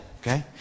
Okay